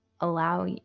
allow